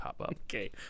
okay